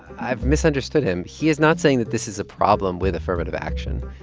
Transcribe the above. i've misunderstood him. he is not saying that this is a problem with affirmative action.